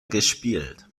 gespielt